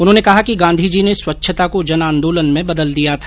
उन्होंने कहा कि गांधीजी ने स्वच्छता को जन आंदोलन में बदल दिया था